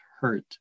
hurt